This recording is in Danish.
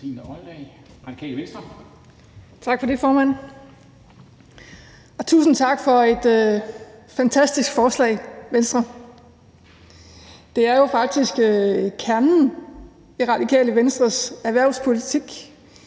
Tak for det, formand. Og tusind tak til Venstre for et fantastisk forslag. Det er jo faktisk kernen i Radikale Venstres erhvervspolitik.